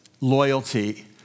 loyalty